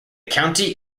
county